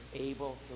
able